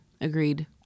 Agreed